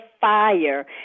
fire